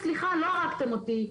שאומרת, סליחה, לא הרגתם אותי,